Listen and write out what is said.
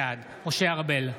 בעד משה ארבל,